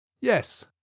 Yes